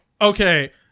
Okay